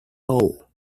hole